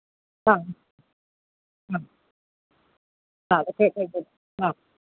ആ ആം ആ അതൊക്കെ ആ